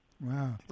Wow